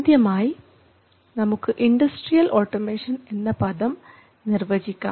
ആദ്യമായി നമുക്ക് industrial automation എന്ന പദം നിർവചിക്കാം